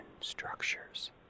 structures